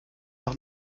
doch